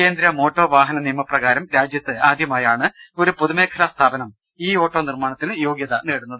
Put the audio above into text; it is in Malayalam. കേന്ദ്ര മോട്ടോർ വാഹന നിയമപ്രകാരം രാജ്യത്ത് ആദ്യമായാണ് ഒരു പൊതുമേഖലാ സ്ഥാപനം ഇ ഓട്ടോ നിർമ്മാണത്തിന് യോഗ്യത നേടുന്നത്